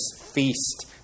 feast